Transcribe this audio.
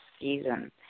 season